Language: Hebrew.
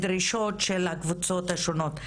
הדרישות של הקבוצות השונות.